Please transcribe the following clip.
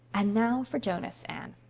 and now for jonas, anne.